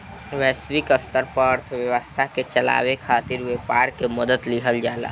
वैश्विक स्तर पर अर्थव्यवस्था के चलावे खातिर व्यापार के मदद लिहल जाला